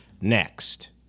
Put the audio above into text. next